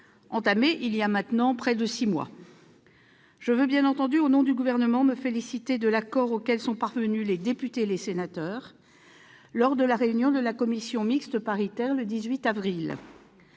entamé il y a maintenant plus de six mois. Je veux bien entendu, au nom du Gouvernement, me féliciter de l'accord auquel sont parvenus les députés et les sénateurs lors de la réunion de la commission mixte paritaire le 18 avril.